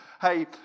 hey